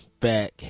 back